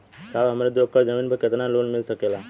साहब हमरे दो एकड़ जमीन पर कितनालोन मिल सकेला?